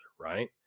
Right